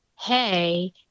hey